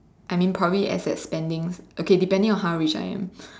I mean probably except spending okay depending on how rich I am